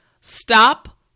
stop